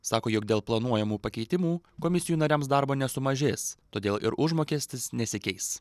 sako jog dėl planuojamų pakeitimų komisijų nariams darbo nesumažės todėl ir užmokestis nesikeis